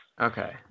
okay